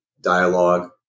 dialogue